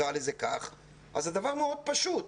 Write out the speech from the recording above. אז הדבר מאוד פשוט,